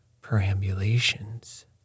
perambulations